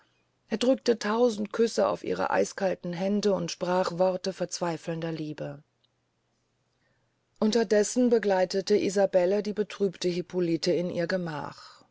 er drückte tausend küsse auf ihre eiskalten hände und sprach worte verzweifelnder liebe unterdessen begleitete isabelle die betrübte hippolite in ihr gemach